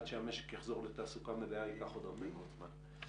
עד שהמשק יחזור לתעסוקה מלאה ייקח עוד הרבה מאוד זמן.